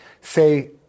say